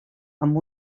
amb